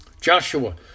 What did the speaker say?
Joshua